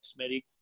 smitty